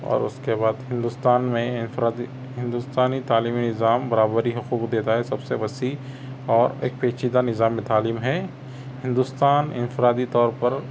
اور اس کے بعد ہندوستان میں انفرادی ہندوستانی تعلیمی نظام برابری حقوق دیتا ہے سب سے وسیع اور ایک پیچیدہ نظام تعلیم ہیں ہندوستان انفرادی طور پر